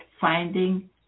finding